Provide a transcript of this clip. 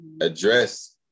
address